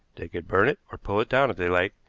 they could burn it or pull it down if they liked,